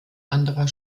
anderer